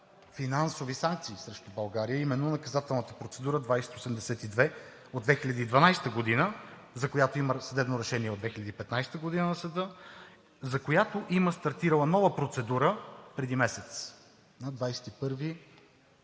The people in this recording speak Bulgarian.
финансови санкции срещу България – именно наказателната процедура 2082 от 2012 г., за която има съдебно решение от 2015 г. на съда, за която има стартирана нова процедура преди месец,